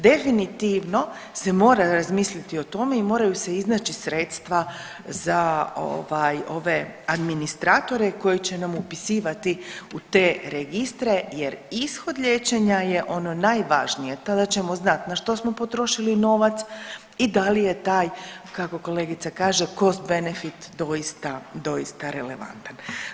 Definitivno se mora razmisliti o tome i moraju se iznaći sredstva za ove administratore koji će nam upisivati u te registre jer ishod liječenja je ono najvažnije, a tada ćemo znat na što smo potrošili novac i da li je taj, kako kolegica kaže cost benefit doista, doista relevantan.